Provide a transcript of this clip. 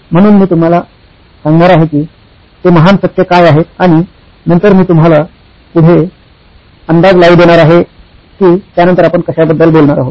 म्हणून मी तुम्हाला सांगणार आहे की ते महान सत्य काय आहेत आणि नंतर मी तुम्हाला पुढे अंदाज लावू देणार आहे आहे की त्यानंतर आपण कशाबद्दल बोलणार आहोत